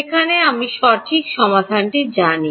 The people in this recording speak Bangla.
যেখানে আমি সঠিক সমাধানটি জানি